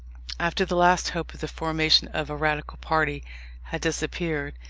after the last hope of the formation of a radical party had disappeared,